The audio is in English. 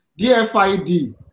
DFID